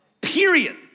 Period